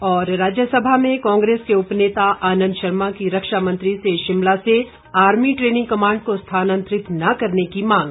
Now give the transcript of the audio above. और राज्यसभा में कांग्रेस के उपनेता आनंद शर्मा की रक्षा मंत्री से शिमला से आर्मी ट्रेनिंग कमांड को स्थानातंरित न करने की मांग